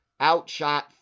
outshot